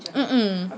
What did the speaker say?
mm mm